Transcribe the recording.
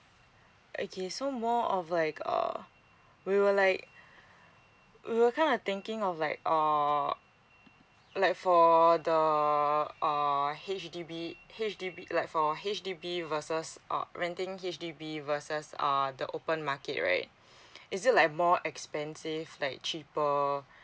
okay so more of like err we were like we were kind of thinking of like err like for the err H_D_B H_D_B like for H_D_B versus uh renting H_D_B versus err the open market right is it like more expensive like cheaper